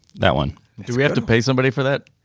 that one we have to pay somebody for that.